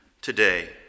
today